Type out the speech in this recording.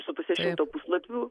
su puse šimto puslapių